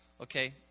Okay